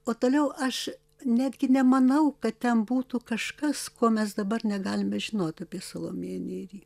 o toliau aš netgi nemanau kad ten būtų kažkas ko mes dabar negalime žinot apie salomėją nėrį